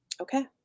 okay